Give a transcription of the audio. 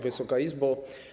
Wysoka Izbo!